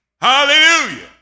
Hallelujah